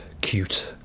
cute